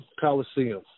Coliseum